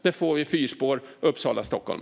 När får vi fyrspår Uppsala-Stockholm?